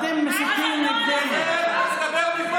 אתם מסיתים נגדנו.